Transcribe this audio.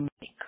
make